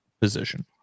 position